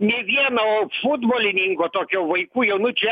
ne vieno futbolininko tokio vaikų jaunučių